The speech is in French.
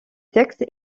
textes